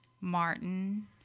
Martin